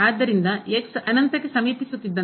ಆದ್ದರಿಂದ ಅನಂತಕ್ಕೆ ಸಮೀಪಿಸುತ್ತಿದ್ದಂತೆ